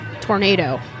tornado